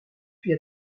puis